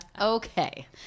Okay